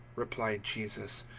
replied jesus,